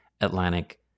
Atlantic